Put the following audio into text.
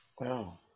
Wow